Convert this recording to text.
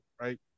right